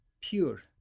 pure